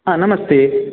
हा नमस्ते